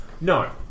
No